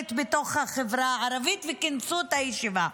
המתחוללת בתוך החברה הערבית, וכינסו את הישיבה.